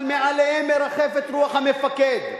אבל מעליהם מרחפת רוח המפקד,